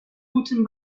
guten